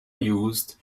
used